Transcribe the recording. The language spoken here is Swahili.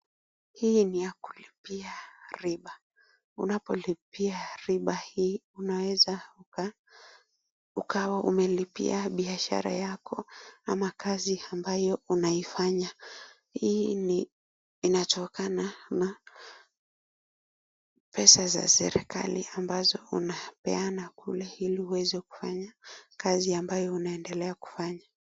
Hii ni ya kulipia riba. Unapolipia riba hii unaweza uka ukawa umelipia biashara yako ama kazi ambayo unaifanya, hii ni inatokana na pesa za serekali ambazo unapeana kule ili uweze kufanya kazi ambayo unaendelea kufanya.